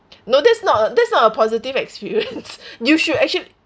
no that's not a that's not a positive experience you should actually